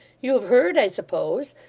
you have heard, i suppose?